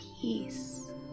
peace